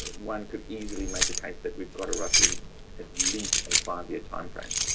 one could easily make the case that we've got a roughly at least a five-year timeframe.